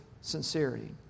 sincerity